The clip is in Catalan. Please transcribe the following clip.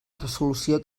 resolució